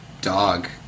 dog